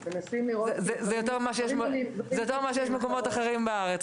זה יותר ממה שיש במקומות אחרים בארץ.